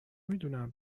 میدونم